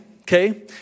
Okay